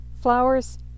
flowers